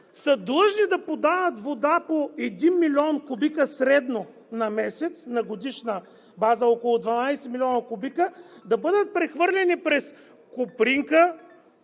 са длъжни да подават вода по един милион кубика средно на месец – на годишна база около 12 милиона кубика, да бъдат прехвърлени през „Копринка“